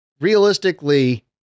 realistically